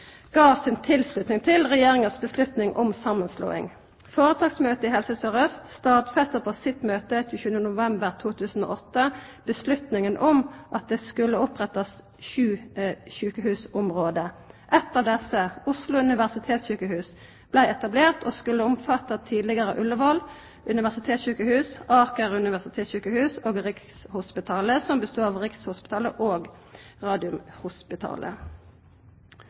til Regjeringa si avgjerd om samanslåing. Føretaksmøtet i Helse Sør-Aust den 27. november 2008 stadfesta vedtaket om at det skulle opprettast sju sjukehusområde. Eitt av dei, Oslo universitetssykehus, blei etablert og skulle omfatta det tidlegare Ullevål universitetssykehus, Aker universitetssykehus og Rikshospitalet, som bestod av Rikshospitalet og